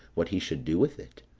what he should do with it.